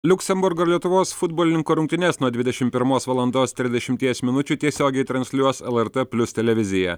liuksemburgo ir lietuvos futbolininkų rungtynes nuo dvidešim pirmos valandos trisdešimties minučių tiesiogiai transliuos lrt plius televizija